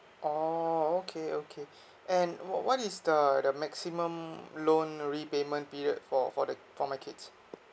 oh okay okay and what what is the the maximum loan repayment period for for the for my kids